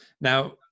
Now